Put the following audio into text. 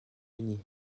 uni